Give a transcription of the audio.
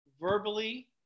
verbally